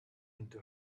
into